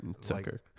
Sucker